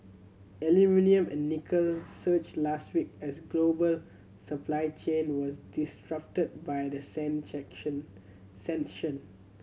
aluminium and nickel surged last week as global supply chain were disrupted by the sanction